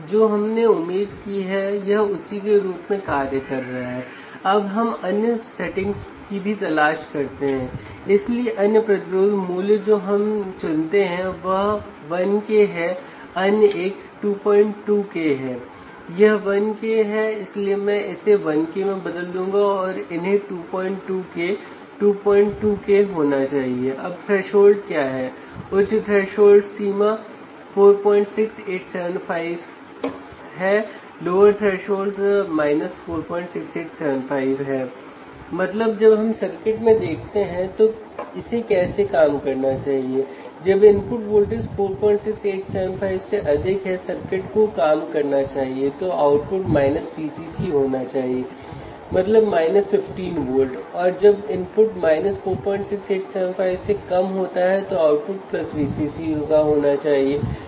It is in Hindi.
तो हम जल्दी से देखते हैं अगर हम वोल्टेज बदलते हैं इसका मतलब है कि अगर हम आयाम कम करते हैं तो क्या होगा